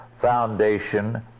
foundation